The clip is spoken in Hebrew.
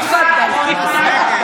הרי אם בנט היה עכשיו, הצעקות האלה.